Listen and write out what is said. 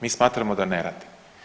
Mi smatramo da ne radi.